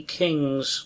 kings